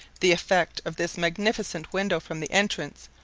the effect of this magnificent window from the entrance,